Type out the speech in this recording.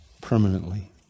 permanently